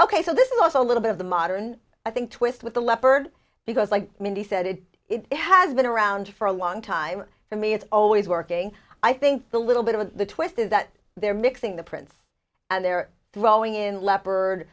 ok so this was a little bit of the modern i think twist with the leopard because like mindy said it has been around for a long time for me it's always working i think the little bit of the twist is that they're mixing the prince and they're throwing in leopard